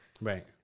right